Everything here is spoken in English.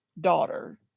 daughter